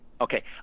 Okay